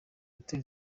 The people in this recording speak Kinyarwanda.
hoteli